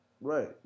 Right